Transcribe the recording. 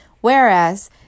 Whereas